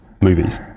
movies